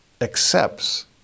accepts